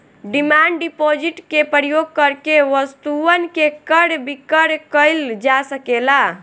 demand deposit के प्रयोग करके वस्तुअन के क्रय विक्रय कईल जा सकेला